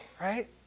Right